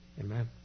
Amen